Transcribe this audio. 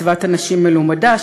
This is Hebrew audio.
מצוות אנשים מלומדה,